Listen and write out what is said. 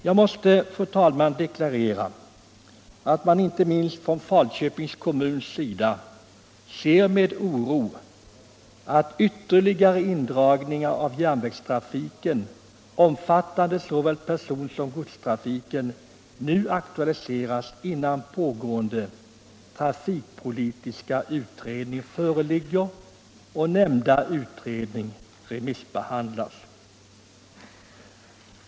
Jag måste, fru talman, deklarera att man, inte minst inom Falköpings kommun, med oro ser att ytterligare indragningar av järnvägstrafiken, omfattande såväl personsom godstrafiken, nu aktualiseras innan pågående trafikpolitiska utredning föreligger och nämnda utredning remissbehandlats.